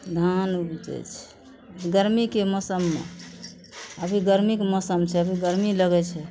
धान उपजय छै गरमीके मौसममे अभी गरमीके मौसम छै अभी गरमी लगय छै